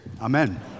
amen